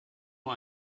nur